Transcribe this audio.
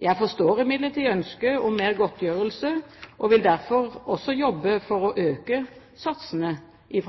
Jeg forstår imidlertid ønsket om mer godtgjørelse og vil derfor også jobbe for å øke satsene i